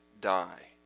die